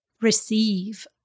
receive